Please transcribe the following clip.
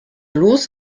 los